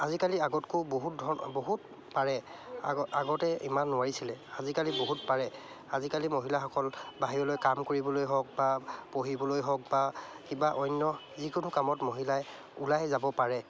আজিকালি আগতকৈও বহুত ধৰণ বহুত পাৰে আগ আগতে ইমান নোৱাৰিছিলে আজিকালি বহুত পাৰে আজিকালি মহিলাসকল বাহিৰলৈ কাম কৰিবলৈ হওক বা পঢ়িবলৈ হওক বা কিবা অন্য যিকোনো কামত মহিলাই ওলাই যাব পাৰে